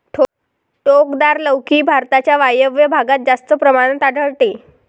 टोकदार लौकी भारताच्या वायव्य भागात जास्त प्रमाणात आढळते